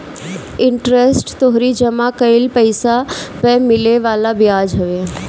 interest तोहरी जमा कईल पईसा पअ मिले वाला बियाज हवे